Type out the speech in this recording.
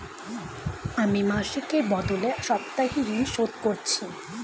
আমি মাসিকের বদলে সাপ্তাহিক ঋন শোধ করছি